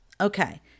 Okay